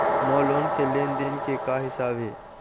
मोर loan के लेन देन के का हिसाब हे?